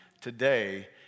today